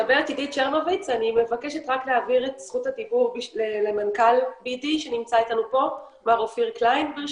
אני מבקשת להעביר את זכות הדיבור למנכ"ל BD שנמצא איתנו מר אופיר קליין.